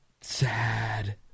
Sad